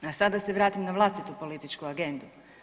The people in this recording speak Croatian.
A sad da se vratim na vlastitu političku agendu.